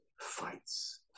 fights